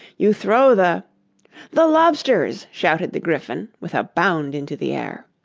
you throw the the lobsters shouted the gryphon, with a bound into the air.